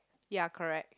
ya correct